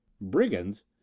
Brigands